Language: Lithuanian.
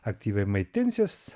aktyviai maitinsis